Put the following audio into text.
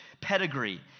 pedigree